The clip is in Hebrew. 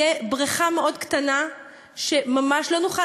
תהיה בריכה מאוד קטנה שממש לא נוכל,